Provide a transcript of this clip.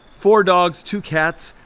four dogs, two cats,